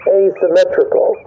asymmetrical